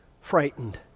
frightened